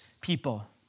people